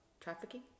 trafficking